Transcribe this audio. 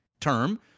term